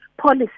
policy